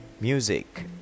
music